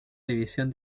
división